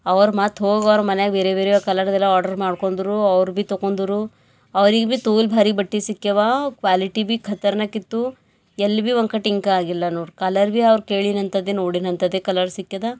ಅವರು ಮತ್ತು ಹೋಗವ್ರ ಮನ್ಯಾಗ ಬೇರೆ ಬೇರ್ಯೋ ಕಲರ್ದೆಲ ಆರ್ಡ್ರ್ ಮಾಡ್ಕೊಂಡ್ರೂ ಅವ್ರು ಬಿ ತೊಗೊಂದರು ಅವ್ರಿಗೆ ಬಿ ತೂಲ್ ಭರಿ ಬಟ್ಟಿ ಸಿಕ್ಯವಾ ಕ್ವಾಲಿಟಿ ಬಿ ಖತರ್ನಾಕಿತ್ತು ಎಲ್ಲಿ ಬಿ ಒಂಕ ಟಿಂಕ ಆಗಿಲ್ಲ ನೋಡು ಕಲರ್ ಬಿ ಅವ್ರು ಕೇಳಿನಂತದೆ ನೋಡಿನಂತದೆ ಕಲರ್ ಸಿಕ್ಯದಾ